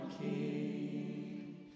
King